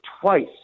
twice